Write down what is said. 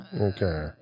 Okay